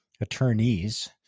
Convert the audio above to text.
attorneys